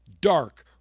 dark